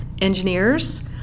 engineers